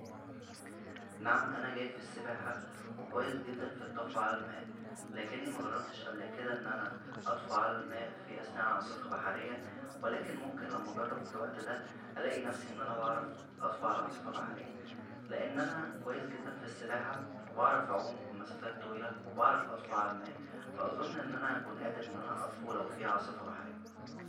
نعم انا جيد فالسباحه وكويس جدا فالطفو على الماء لكنى مجربتش قبل كدا ان انا اطفو على الماء فى اثناء عاصفه بحريه ولكن ممكن لما اجرب فالوقت دا الاقى نفسى انا انا بعرف اطفو على عاصفه بحريه لان انا كويس جدا فالسباحه وبعرف اعوم مسافات طويله وبعرف اطفو عالماء فا اظن ان انا هكون قادر اطفو لو فيه عاصفه بحريه